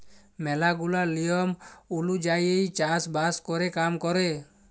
ম্যালা গুলা লিয়ম ওলুজায়ই চাষ বাস ক্যরে কাম ক্যরে